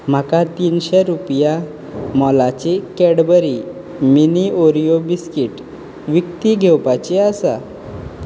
म्हाका तिनशे रुपया मोलाची कॅडबरी मिनी ओरियो बिस्कीट विकती घेवपाची आसा